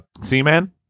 Seaman